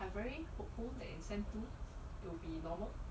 I very hopeful the incentive to be normal